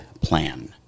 plan